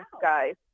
guys